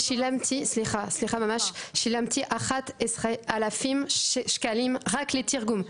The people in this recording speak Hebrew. שילמתי 11,000 שקל רק לתרגום.